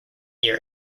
year